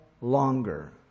longer